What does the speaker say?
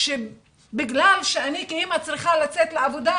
שבגלל שאני כאימא צריכה לצאת לעבודה,